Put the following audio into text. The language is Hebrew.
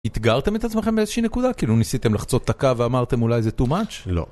אתגרתם את עצמכם באיזושהי נקודה? כאילו ניסיתם לחצות את הקו ואמרתם אולי זה טו מאץ'? לא.